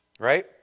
Right